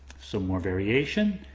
so more variation,